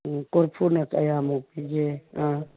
ꯎꯝ ꯀꯣꯔꯐꯨꯅ ꯀꯌꯥꯃꯨꯛ ꯄꯤꯒꯦ ꯑ